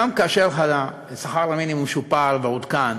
גם כאשר שכר המינימום שופר ועודכן,